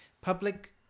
public